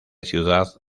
ciudad